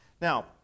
Now